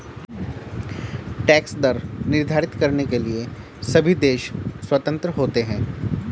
tax दर निर्धारित करने के लिए सभी देश स्वतंत्र होते है